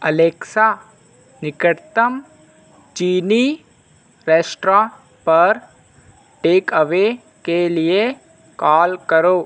Alexa निकटतम चीनी restro पर टेक अवे के लिए कॉल करो